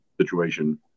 situation